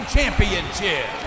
Championship